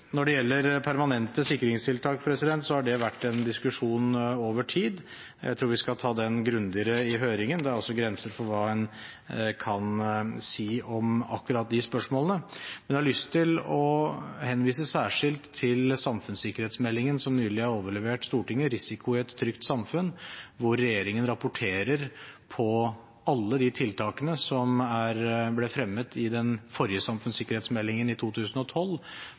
gjelder permanente sikringstiltak, har det vært en diskusjon over tid. Jeg tror vi skal ta den grundigere i høringen, det er grenser for hva jeg kan si om akkurat de spørsmålene. Men jeg har lyst til å henvise særskilt til samfunnssikkerhetsmeldingen «Melding om samfunnssikkerhet – risiko i et trygt samfunn», som nylig ble overlevert til Stortinget, hvor regjeringen rapporterer på alle de tiltakene som ble fremmet i den forrige samfunnssikkerhetsmeldingen i 2012,